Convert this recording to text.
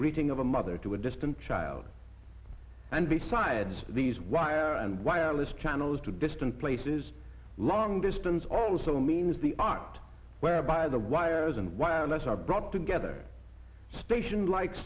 greeting of a mother to a distant child and besides these wire and wireless channels to distant places long distance also means the art whereby the wires and wire and us are brought together station like